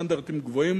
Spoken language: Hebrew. בסטנדרטים גבוהים